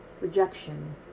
rejection